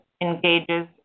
engages